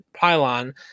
pylon